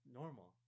normal